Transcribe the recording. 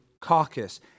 Caucus